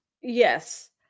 yes